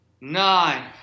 nine